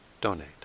donate